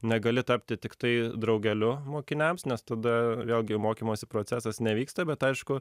negali tapti tiktai draugeliu mokiniams nes tada vėlgi mokymosi procesas nevyksta bet aišku